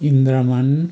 Indraman